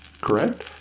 correct